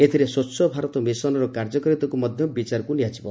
ଏଥିରେ ସ୍ୱଚ୍ଛ ଭାରତ ମିଶନର କାର୍ଯ୍ୟକାରିତାକୁ ମଧ୍ୟ ବିଚାରକୁ ନିଆଯିବ